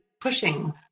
pushing